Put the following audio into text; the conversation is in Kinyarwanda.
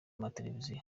mateleviziyo